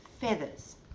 feathers